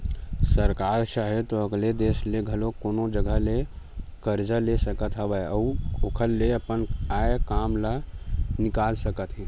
सरकार चाहे तो अलगे देस ले घलो कोनो जघा ले करजा ले सकत हवय अउ ओखर ले अपन आय काम ल निकाल सकत हे